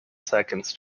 seconds